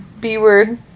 B-word